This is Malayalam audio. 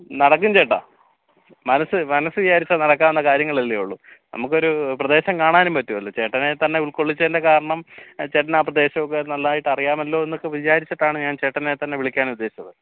നടക്കും ചേട്ടാ മനസ്സ് മനസ്സ് വിചാരിച്ചാൽ നടക്കാവുന്ന കാര്യങ്ങളല്ലേ ഉള്ളു നമുക്കൊരൂ പ്രദേശം കാണാനും പറ്റുമല്ലോ ചേട്ടനെ തന്നെ ഉൾക്കൊള്ളിച്ചതിൻ്റെ കാരണം ചേട്ടന് ആ പ്രദേശം ഒക്കെ നന്നായിട്ട് അറിയാമല്ലോ എന്നൊക്കെ വിചാരിച്ചിട്ടാണ് ഞാൻ ചേട്ടനെ തന്നെ വിളിക്കാൻ ഉദ്ദേശിച്ചത്